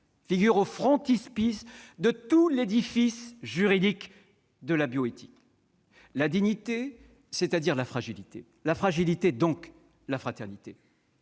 figure au frontispice de tout l'édifice juridique de la bioéthique. La dignité, c'est-à-dire la fragilité. La fragilité, donc la fraternité